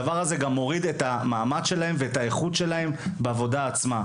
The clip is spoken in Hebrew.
הדבר הזה מוריד את המעמד שלהם ואת האיכות שלהם בעבודה עצמה.